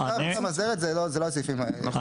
חברי המועצה המאסדרת זה לא הסעיפים האלה.